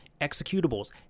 executables